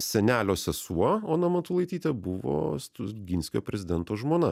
senelio sesuo ona matulaitytė buvo stulginskio prezidento žmona